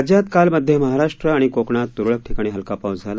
राज्यात काल मध्य महाराष्ट्र आणि कोकणात तुरळक ठिकाणी हलका पाऊस झाला